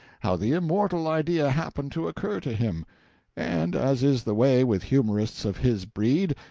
how the immortal idea happened to occur to him and as is the way with humorists of his breed,